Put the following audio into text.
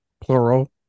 plural